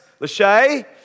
Lachey